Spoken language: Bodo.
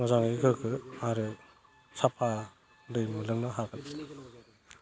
मोजाङै गोग्गो आरो साफा दै मोनलोंनो हागोन